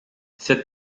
cette